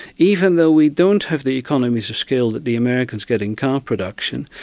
even though we don't have the economies of scale that the americans get in car production,